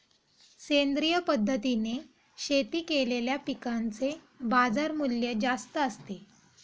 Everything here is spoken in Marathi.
सेंद्रिय पद्धतीने शेती केलेल्या पिकांचे बाजारमूल्य जास्त असते